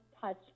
touch